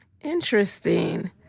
Interesting